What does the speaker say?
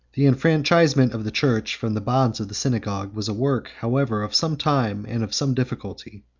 the enfranchisement of the church from the bonds of the synagogue was a work, however, of some time and of some difficulty.